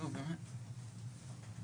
בבקשה.